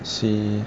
see